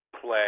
play